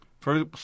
First